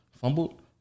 Fumbled